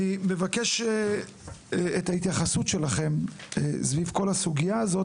אני מבקש את ההתייחסות שלכם לסוגיה הזו,